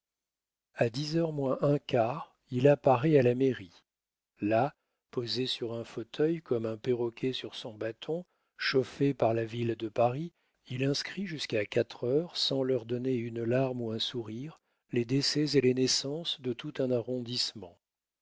a dix heures moins un quart il apparaît à la mairie là posé sur un fauteuil comme un perroquet sur son bâton chauffé par la ville de paris il inscrit jusqu'à quatre heures sans leur donner une larme ou un sourire les décès et les naissances de tout un arrondissement